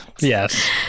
Yes